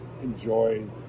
enjoy